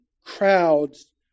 crowds